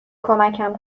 کمکم